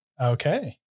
Okay